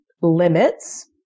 limits